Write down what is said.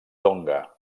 tonga